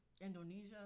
Indonesia